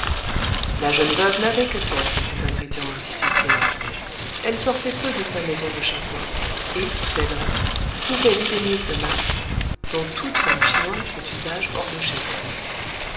la jeune veuve n'avait que faire de ces ingrédients artificiels elle sortait peu de sa maison de cha coua et dès lors pouvait dédaigner ce masque dont toute femme chinoise fait usage hors de chez elle